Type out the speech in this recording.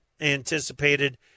anticipated